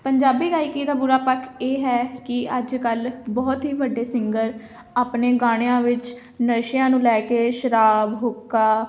ਪੰਜਾਬੀ ਗਾਇਕੀ ਦਾ ਬੁਰਾ ਪੱਖ ਇਹ ਹੈ ਕਿ ਅੱਜ ਕੱਲ੍ਹ ਬਹੁਤ ਹੀ ਵੱਡੇ ਸਿੰਗਰ ਆਪਣੇ ਗਾਣਿਆਂ ਵਿੱਚ ਨਸ਼ਿਆਂ ਨੂੰ ਲੈ ਕੇ ਸ਼ਰਾਬ ਹੁੱਕਾ